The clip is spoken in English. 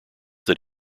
that